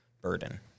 burden